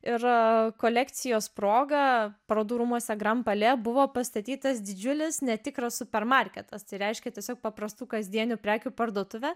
ir kolekcijos proga parodų rūmuose grand palais buvo pastatytas didžiulis netikras supermarketas tai reiškia tiesiog paprastų kasdienių prekių parduotuvė